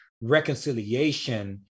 reconciliation